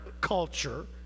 culture